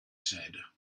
said